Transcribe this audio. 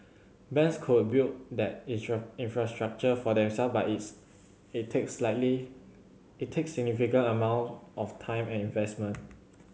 banks could build that infrastructure for themselves but it takes it takes significant amounts of time and investment